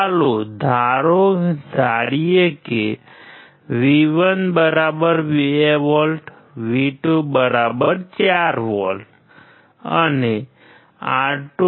ચાલો ધારીએ કે V12V V24V અને R2R110